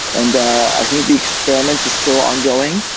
and i think the experiment is still ongoing.